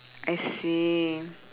I see